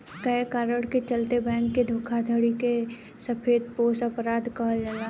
कए कारण के चलते बैंक के धोखाधड़ी के सफेदपोश अपराध कहल जाला